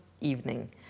evening